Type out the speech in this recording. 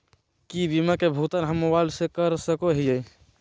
की बीमा के भुगतान हम मोबाइल से कर सको हियै?